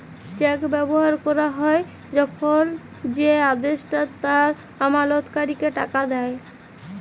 check ব্যবহার ক্যরা হ্যয় যখল যে আদেষ্টা তার আমালতকারীকে টাকা দেয়